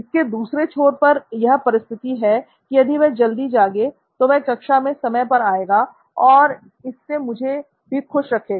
इसके दूसरे छोर पर यह परिस्थिति है कि यदि वह जल्दी जागे तो वह कक्षा में समय पर आएगा और इससे मुझे भी खुश रखेगा